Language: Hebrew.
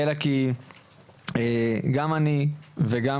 אלא כי גם אני וגם